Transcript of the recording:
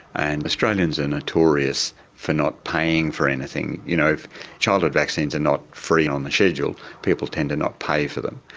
and australians are notorious for not paying for anything. you know, if childhood vaccines are not free and on the schedule, people tend to not pay for them.